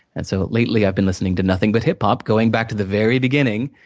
and so, lately, i've been listening to nothing but hiphop, going back to the very beginning,